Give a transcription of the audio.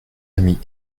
amis